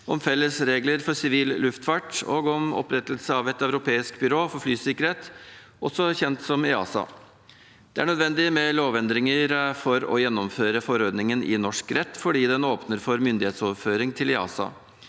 om felles regler for sivil luftfart og om opprettelse av et europeisk byrå for flysikkerhet, også kjent som EASA. Det er nødvendig med lovendringer for å gjennomføre forordningen i norsk rett fordi den åpner for myndighetsoverføring til EASA.